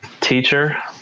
Teacher